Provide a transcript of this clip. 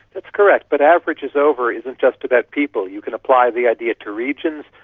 that's correct, but average is over isn't just about people. you can apply the idea to regions,